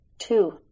Two